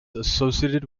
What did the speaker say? associated